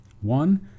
one